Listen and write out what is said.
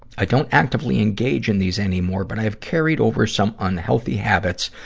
i don't actively engage in these anymore, but i have carried over some unhealthy habits,